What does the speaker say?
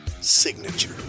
signature